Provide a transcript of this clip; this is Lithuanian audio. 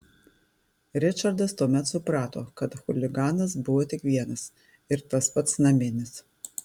ričardas tuomet suprato kad chuliganas buvo tik vienas ir tas pats naminis